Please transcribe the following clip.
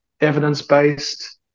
evidence-based